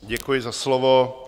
Děkuji za slovo.